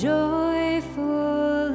Joyful